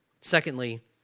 Secondly